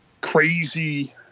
crazy